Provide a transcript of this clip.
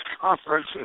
conference